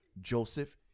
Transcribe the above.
Joseph